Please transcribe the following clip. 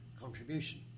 contribution